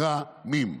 מרמים.